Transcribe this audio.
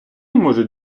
можуть